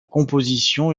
composition